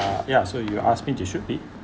ya so you ask me it should be